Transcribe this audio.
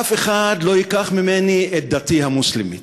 אף אחד לא ייקח ממני את דתי המוסלמית.